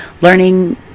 learning